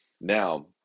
now